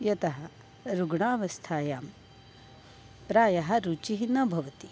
यतः रुग्णावस्थायां प्रायः रुचिः न भवति